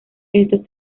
estos